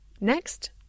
Next